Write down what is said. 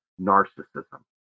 narcissism